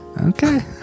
Okay